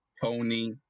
Tony